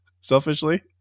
selfishly